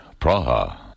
Praha